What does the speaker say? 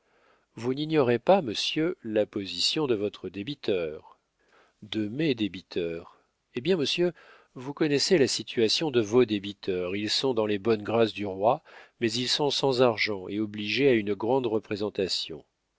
vous n'ignorez pas monsieur la position de votre débiteur de mes débiteurs hé bien monsieur vous connaissez la situation de vos débiteurs ils sont dans les bonnes grâces du roi mais ils sont sans argent et obligés à une grande représentation